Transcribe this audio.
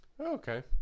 Okay